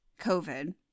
COVID